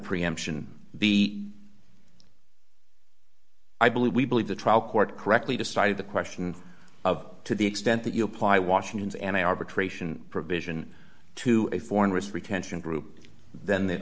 preemption the i believe we believe the trial court correctly decided the question of to the extent that you apply washington's an arbitration provision to a foreign risk retention group then